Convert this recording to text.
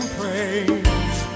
praise